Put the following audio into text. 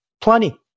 plenty